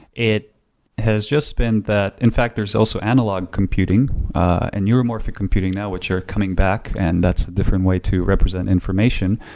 it has just been that in fact, there's also analog computing and neuromorphic computing now, which are coming back and that's a different way to represent information,